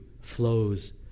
flows